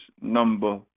number